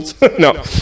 No